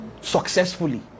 Successfully